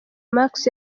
marks